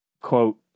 quote